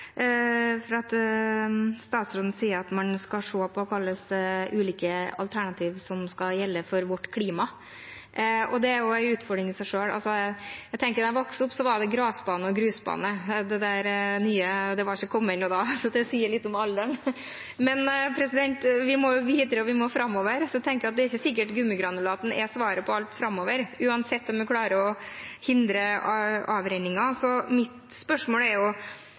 Statsråden sier at man skal se på hvilke ulike alternativer som skal gjelde for vårt klima, og det er en utfordring i seg selv. Da jeg vokste opp, var det gressbane og grusbane. Det der nye var ikke kommet enda da, så det sier litt om alderen. Men vi må videre. Vi må framover. Så det er ikke sikkert at gummigranulat er svaret på alt framover, uansett om man klarer å hindre avrenning eller ikke. Så mitt spørsmål er: